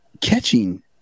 catching